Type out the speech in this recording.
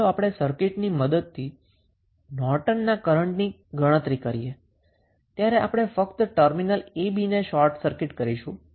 તો ચાલો આપણે સર્કિટની મદદથી નોર્ટનના કરન્ટની ગણતરી કરીએ ત્યારે આપણે ફક્ત ટર્મિનલ a b ને શોર્ટ સર્કિટ કરીશું